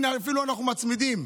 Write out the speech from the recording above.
אפילו אנחנו מצמידים.